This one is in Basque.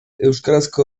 euskarazko